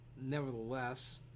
Nevertheless